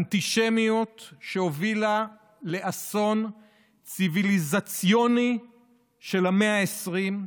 אנטישמיות שהובילה לאסון ציוויליזציוני של המאה ה-20,